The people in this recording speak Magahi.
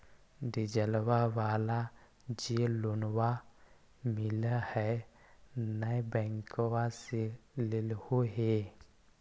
डिजलवा वाला जे लोनवा मिल है नै बैंकवा से लेलहो हे?